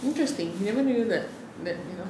interesting never knew that that you know